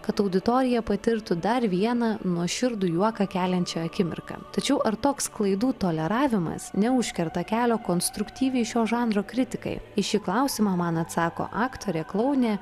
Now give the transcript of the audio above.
kad auditorija patirtų dar vieną nuoširdų juoką keliančią akimirką tačiau ar toks klaidų toleravimas neužkerta kelio konstruktyviai šio žanro kritikai į šį klausimą man atsako aktorė kloune